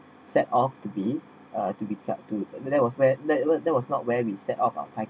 set off to be uh to be kept to that was where that was not where we set up our time